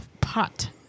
pot